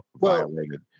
violated